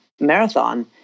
Marathon